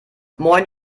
moin